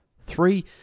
Three